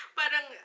parang